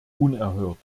unerhört